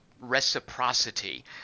reciprocity